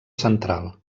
central